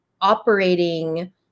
operating